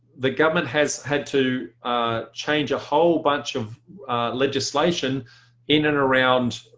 the government has had to change a whole bunch of legislation in and around